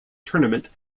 tournament